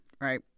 Right